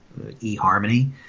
eHarmony